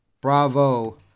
Bravo